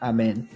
Amen